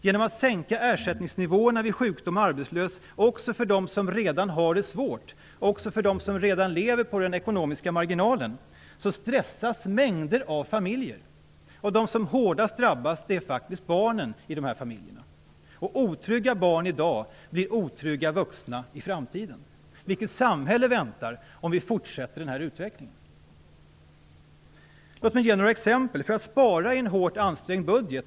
Genom att sänka ersättningsnivåerna vid sjukdom och arbetslöshet, också för dem som redan har det svårt och för dem som redan lever på den ekonomiska marginalen, stressar man mängder av familjer. De som hårdast drabbas är faktiskt barnen i de här familjerna. Och otrygga barn i dag blir otrygga vuxna i framtiden. Vilket samhälle väntar, om vi fortsätter den här utvecklingen? Låt mig ge några exempel. Vi måste spara i en hårt ansträngd budget.